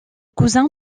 cousin